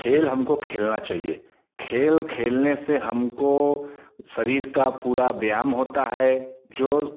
खेल हमको खेलना चाहिए खेल खेलने से हमारे शरीर का पूरा व्यायाम होता है जो